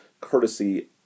courtesy